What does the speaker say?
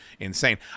Insane